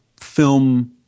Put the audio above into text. film